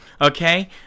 Okay